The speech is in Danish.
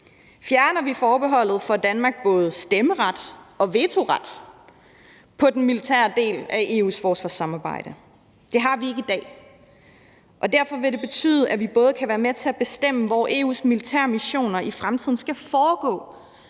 Fjerner vi forbeholdet, får Danmark både stemmeret og vetoret på den militære del af EU's forsvarssamarbejde. Det har vi ikke i dag, og derfor vil det betyde, at vi både kan være med til at bestemme, hvor EU's militære missioner i fremtiden skal foregå,